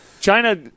China